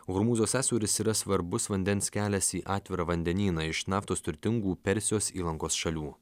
hormūzo sąsiauris yra svarbus vandens kelias į atvirą vandenyną iš naftos turtingų persijos įlankos šalių